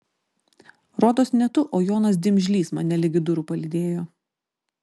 rodos ne tu o jonas dimžlys mane ligi durų palydėjo